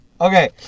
Okay